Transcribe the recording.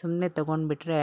ಸುಮ್ಮನೆ ತೊಗೊಂಡುಬಿಟ್ರೆ